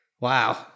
Wow